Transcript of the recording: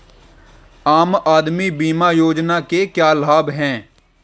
आम आदमी बीमा योजना के क्या लाभ हैं?